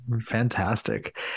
Fantastic